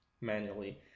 manually